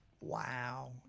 Wow